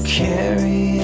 carry